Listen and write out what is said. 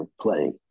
playing